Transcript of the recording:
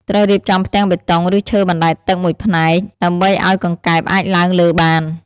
ត្រូវរៀបចំផ្ទាំងបេតុង ឬឈើបណ្ដែតទឹកមួយផ្នែក ដើម្បីឲ្យកង្កែបអាចឡើងលើបាន។